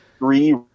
Three